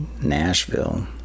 Nashville